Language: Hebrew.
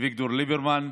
אביגדור ליברמן,